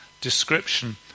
description